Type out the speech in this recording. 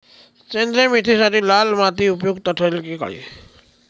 सेंद्रिय मेथीसाठी लाल माती उपयुक्त ठरेल कि काळी?